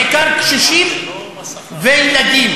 בעיקר קשישים וילדים.